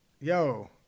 Yo